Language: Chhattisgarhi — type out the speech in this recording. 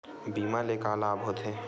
बीमा ले का लाभ होथे?